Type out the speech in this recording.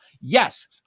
Yes